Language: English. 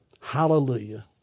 Hallelujah